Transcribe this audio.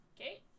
Okay